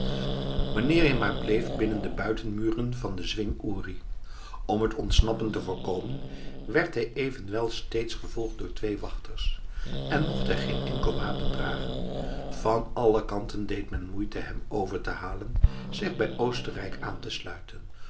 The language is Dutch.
wanneer hij maar bleef binnen de buitenmuren van den zwing uri om het ontsnappen te voorkomen werd hij evenwel steeds gevolgd door twee wachters en mocht hij geen enkel wapen dragen van alle kanten deed men moeite hem over te halen zich bij oostenrijk aan te sluiten